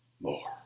more